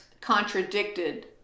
contradicted